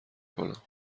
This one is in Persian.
کنم